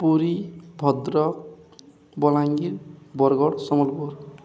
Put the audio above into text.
Puri Bhadrak Balangir Bargarh Sambalpur